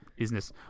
Business